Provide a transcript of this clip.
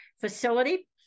facility